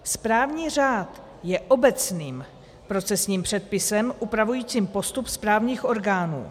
Správní řád je obecným procesním předpisem upravujícím postup správních orgánů.